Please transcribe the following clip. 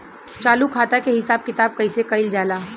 चालू खाता के हिसाब किताब कइसे कइल जाला?